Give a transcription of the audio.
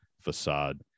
facade